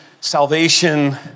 salvation